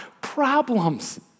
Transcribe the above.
problems